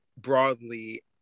broadly